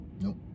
Nope